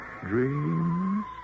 dreams